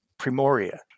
Primoria